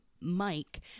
mike